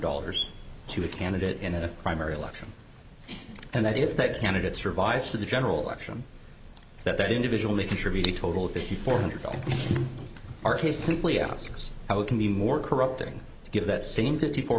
dollars to a candidate in a primary election and that if that candidate survives to the general election that that individual may contribute a total of fifty four hundred dollars are his simply asks how it can be more corrupting to give that same fifty four